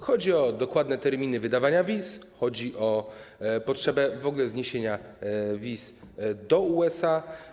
Chodzi o dokładne terminy wydawania wiz, chodzi o potrzebę w ogóle zniesienia wiz do USA.